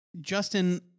Justin